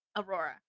Aurora